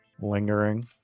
lingering